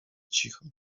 cicho